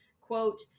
quote